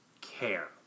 care